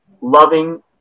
loving